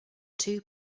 two